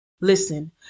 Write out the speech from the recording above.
Listen